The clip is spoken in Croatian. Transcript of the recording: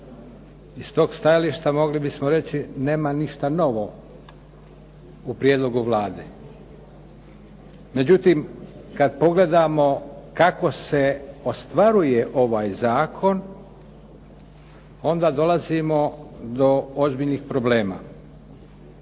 s tog stajališta mogli bismo reći nema ništa novo u prijedlogu Vlade. Međutim, kad pogledamo kako se ostvaruje ovaj zakon onda dolazimo do ozbiljnih problema.